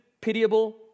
pitiable